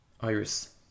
Iris